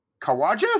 Kawaja